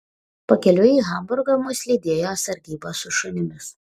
pakeliui į hamburgą mus lydėjo sargyba su šunimis